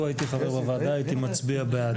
לו הייתי חבר בוועדה, הייתי מצביע בעד.